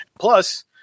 Plus